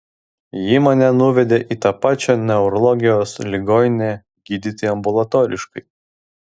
ji mane nuvedė į tą pačią neurologijos ligoninę gydyti ambulatoriškai